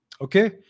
Okay